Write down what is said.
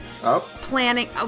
Planning